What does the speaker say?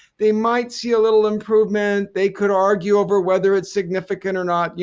they might see a little improvement. they could argue over whether it's significant or not, yeah